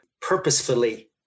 purposefully